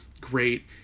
great